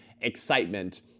excitement